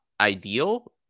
ideal